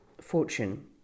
fortune